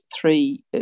three